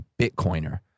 Bitcoiner